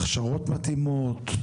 הכשרות מתאימות?